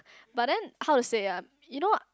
but then how to say ah you know ah